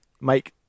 make